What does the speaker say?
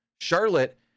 Charlotte